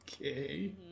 Okay